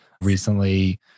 recently